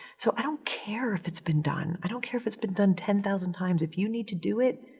so i don't care if it's been done. i don't care if it's been done ten thousand times. if you need to do it,